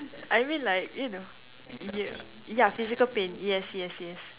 I mean like you know ya ya physical pain yes yes yes